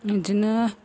बिदिनो